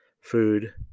Food